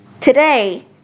today